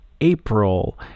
April